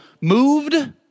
moved